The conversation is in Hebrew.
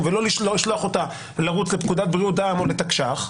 אלא כי יש עוד דברים שהוועדה צריכה להתעסק בהם.